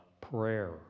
prayer